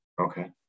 okay